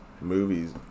movies